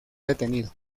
detenido